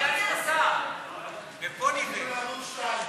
ההצעה לכלול את הנושאים